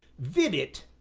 vibbot?